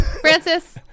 Francis